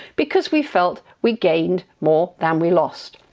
because we felt we gained more than we lost.